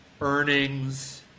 earnings